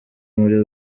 muri